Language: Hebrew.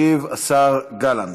ישיב השר גלנט.